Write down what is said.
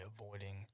avoiding